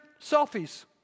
selfies